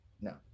no